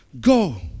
go